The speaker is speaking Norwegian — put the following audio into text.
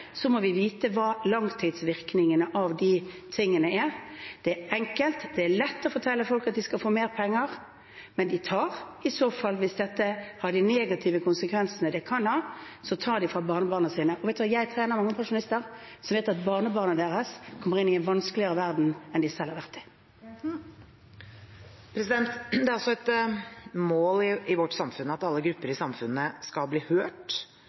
må vi vite hva langtidsvirkningene av de tingene er. Det er enkelt og lett å fortelle folk at de skal få mer penger, men hvis dette har de negative konsekvensene det kan ha, tar de i så fall fra barnebarna sine. Og jeg kjenner mange pensjonister som vet at barnebarna deres kommer inn i en vanskeligere verden enn de selv har vært i. Siv Jensen – til oppfølgingsspørsmål. Det er et mål i vårt samfunn at alle grupper i samfunnet skal bli hørt